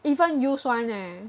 even used one leh